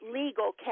legal